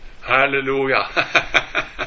Hallelujah